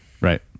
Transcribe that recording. Right